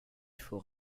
faut